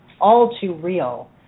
all-too-real